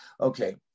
Okay